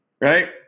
right